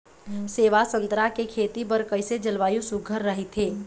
सेवा संतरा के खेती बर कइसे जलवायु सुघ्घर राईथे?